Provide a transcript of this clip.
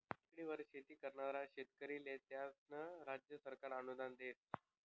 टेकडीवर शेती करनारा शेतकरीस्ले त्यास्नं राज्य सरकार अनुदान देस